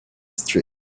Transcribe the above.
street